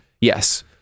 Yes